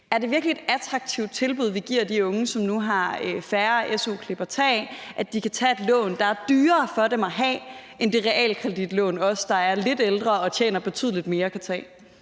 virkelig et attraktivt tilbud, vi giver de unge, som nu har færre su-klip at tage af, at de kan tage et lån, der er dyrere for dem at have end det realkreditlån, som vi, der er lidt ældre og tjener betydeligt mere, kan tage?